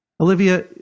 Olivia